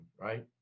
right